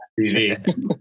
TV